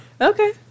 Okay